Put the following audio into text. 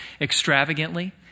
extravagantly